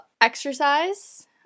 exercise